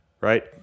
right